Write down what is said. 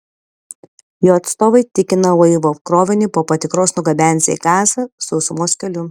jo atstovai tikina laivo krovinį po patikros nugabensią į gazą sausumos keliu